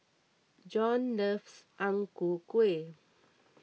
John loves Ang Ku Kueh